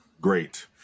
Great